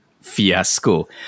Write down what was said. fiasco